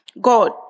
God